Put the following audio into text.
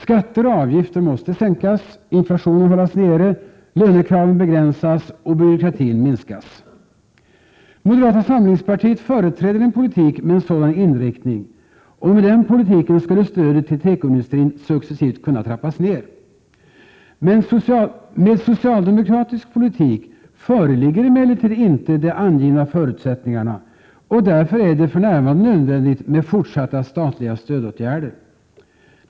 Skatter och avgifter måste sänkas, inflationen hållas nere, lönekraven begränsas och byråkratin minskas. Moderata samlingspartiet företräder en politik med en sådan inriktning, och med den politiken skulle stödet till tekoindustrin successivt kunna trappas ned. Med socialdemokratisk politik föreligger emellertid inte de angivna förutsättningarna, och därför är det för närvarande nödvändigt med fortsatta statliga stödåtgärder.